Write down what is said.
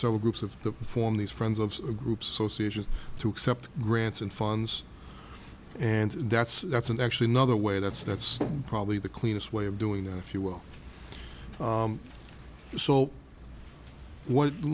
several groups of the form these friends of the groups associations to accept grants and funds and that's that's an actually nother way that's that's probably the cleanest way of doing it if you will so what